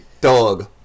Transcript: dog